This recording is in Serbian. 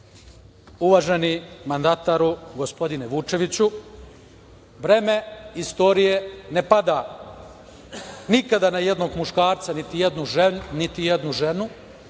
uvaženi mandataru, gospodine Vučeviću, breme istorije ne pada nikada na jednog muškarca, niti jednu ženu,